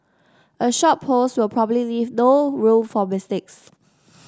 a short post will probably leave no room for mistakes